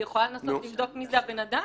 היא יכולה לנסות לבדוק מי זה הבן אדם